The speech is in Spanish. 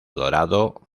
dorado